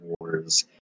wars